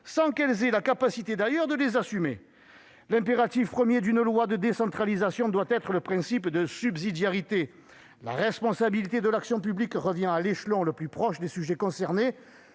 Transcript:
sans qu'elles aient d'ailleurs la capacité de les assumer. L'impératif premier d'une loi de décentralisation doit être le principe de subsidiarité : la responsabilité de l'action publique doit revenir à l'échelon le plus proche des sujets concernés,